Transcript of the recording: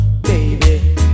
baby